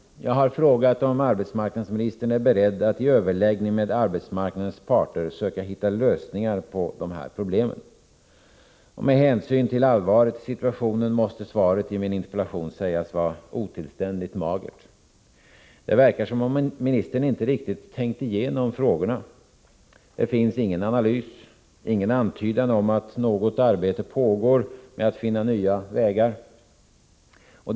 Jag har frågat om arbetsmarknadsministern är beredd att i överläggningar med arbetsmarknadens parter söka hitta lösningar på dessa problem. Med hänsyn till allvaret i situationen måste svaret på min interpellation sägas vara otillständigt magert. Det verkar som om ministern inte riktigt tänkt igenom frågorna. Det finns ingen analys och ingen antydan om att något arbete med att finna nya vägar pågår.